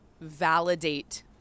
validate